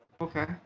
Okay